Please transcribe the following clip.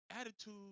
attitude